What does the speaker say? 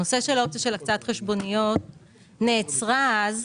האופציה של הוצאת חשבוניות נעצרה אז,